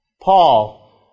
Paul